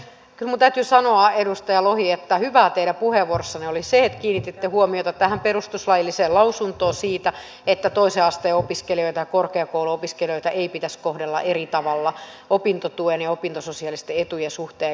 kyllä minun täytyy sanoa edustaja lohi että hyvää teidän puheenvuorossanne oli se että kiinnititte huomiota tähän perustuslailliseen lausuntoon siitä että toisen asteen opiskelijoita ja korkeakouluopiskelijoita ei pitäisi kohdella eri tavalla opintotuen ja opintososiaalisten etujen suhteen